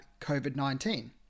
COVID-19